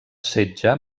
setge